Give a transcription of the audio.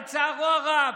לצערו הרב,